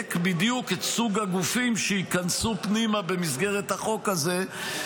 שמדייק בדיוק את סוג הגופים שייכנסו פנימה במסגרת החוק הזה,